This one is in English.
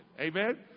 Amen